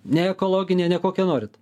ne ekologinė ne kokia norit